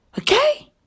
okay